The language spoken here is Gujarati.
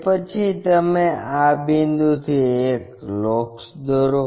તે પછી તમે આ બિંદુથી એક લોકસ દોરો